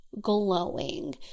glowing